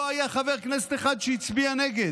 לא היה חבר כנסת אחד שהצביע נגד,